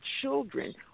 children